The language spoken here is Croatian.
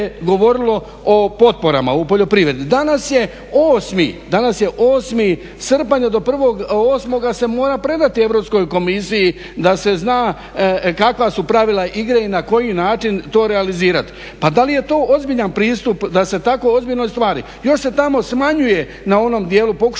Danas je 8. srpanj, a do 1.08. se mora predati Europskoj komisiji da se zna kakva su pravila igre i na koji način to realizirati. Pa da li je to ozbiljan pristup takvoj ozbiljnoj stvari? Još se tamo smanjuje, na onom dijelu se pokušalo